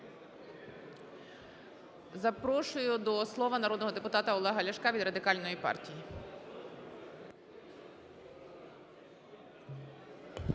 Запрошую до слова народного депутата Олега Ляшка від Радикальної партії.